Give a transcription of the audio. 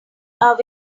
are